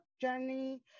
journey